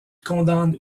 condamne